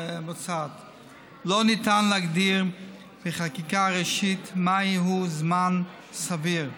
לא ניתן להגדיר בחקיקה ראשית מהו זמן סביר,